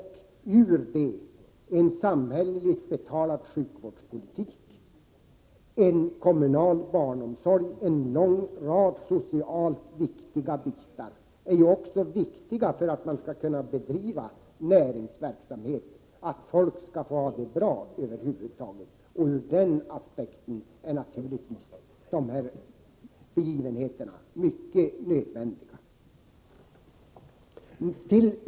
De går till en samhälleligt betald sjukvård, kommunal barnomsorg och en lång rad socialt viktiga åtgärder, som är viktiga också för att man skall kunna driva näring och för att människor skall kunna ha det bra över huvud taget. Ur den aspekten är naturligtvis dessa nyttigheter nödvändiga.